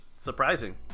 surprising